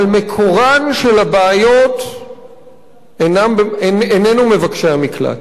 אבל מקורן של הבעיות איננו מבקשי המקלט.